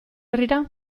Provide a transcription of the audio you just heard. herrira